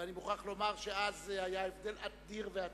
ואני מוכרח לומר שאז היה הבדל אדיר ועצום.